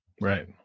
Right